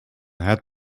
had